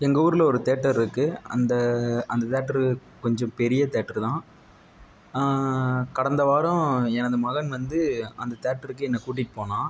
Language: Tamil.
எங்கள் ஊரில் ஒரு தியேட்டர் இருக்குது அந்த அந்த தியேட்ரு கொஞ்சம் பெரிய தியேட்ரு தான் கடந்த வாரம் எனது மகன் வந்து அந்த தியேட்டருக்கு என்னை கூட்டிகிட்டு போனான்